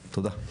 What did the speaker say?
תודה.